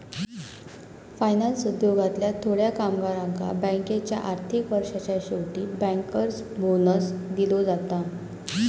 finance उद्योगातल्या थोड्या कामगारांका बँकेच्या आर्थिक वर्षाच्या शेवटी बँकर्स बोनस दिलो जाता